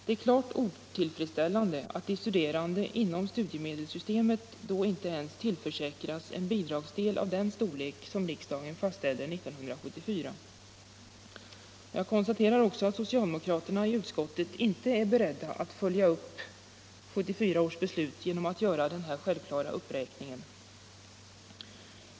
Det är klart otillfredsställande att de studerande inom studiemedelssystemet då inte ens tillförsäkras en bidragsdel av den storlek som riksdagen fastställde 1974. Jag konstaterar också att socialdemokraterna i utskottet inte är beredda att följa upp 1974 års beslut genom att göra den här självklara uppräkningen.